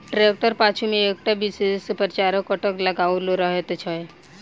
ट्रेक्टरक पाछू मे एकटा विशेष प्रकारक कटर लगाओल रहैत छै